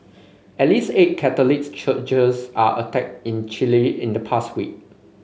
at least eight Catholic churches are attacked in Chile in the past week